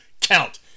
count